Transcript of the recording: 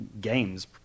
games